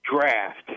draft